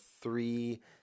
three